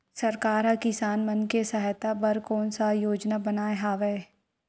सरकार हा किसान मन के सहायता बर कोन सा योजना बनाए हवाये?